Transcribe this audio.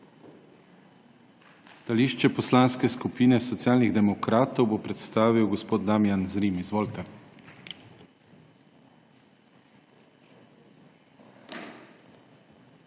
Stališče Poslanske skupine Socialnih demokratov bo predstavil gospod Damijan Zrim. Izvolite.